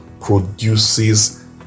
produces